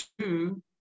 two